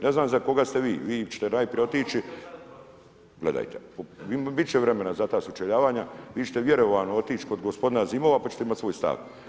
Ne znam za koga ste vi, vi ćete najprije otići … [[Upadica se ne razumije.]] Gledajte, bit će vremena za ta sučeljavanja, vi ćete vjerojatno otići kod gospodina Azimova pa ćete imati svoj stav.